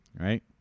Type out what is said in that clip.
Right